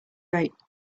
rate